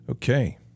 Okay